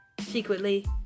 secretly